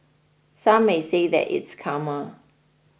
Some may say that it's karma